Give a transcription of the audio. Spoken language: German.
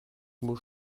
muss